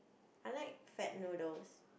I like fat noodles